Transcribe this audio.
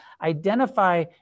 identify